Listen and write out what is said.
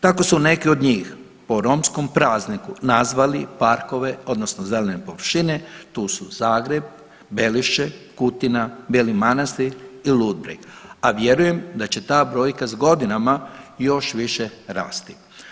Tako su neki od njih po romskom prazniku nazvali parkove odnosno zelene površine, tu su Zagreb, Belišće, Kutina, Beli Manastir i Ludbreg, a vjerujem da će ta brojka s godinama još više rasti.